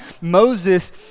Moses